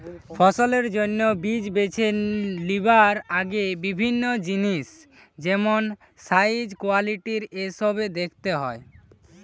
ফসলের জন্যে বীজ বেছে লিবার আগে বিভিন্ন জিনিস যেমন সাইজ, কোয়ালিটি এসোব দেখতে হয়